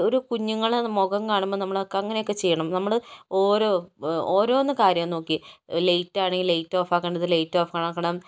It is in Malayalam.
ഒരു കുഞ്ഞുങ്ങളെ മുഖം കാണുമ്പോൾ നമ്മളൊക്കങ്ങനെയൊക്കേ ചെയ്യണം നമ്മൾ ഓരോ ഓരോന്ന് കാര്യം നോക്കി ലയ്റ്റാണെങ്കിൽ ലയിറ്റ് ഓഫാക്കേണ്ടത് ലയിറ്റ് ഓഫാക്കണം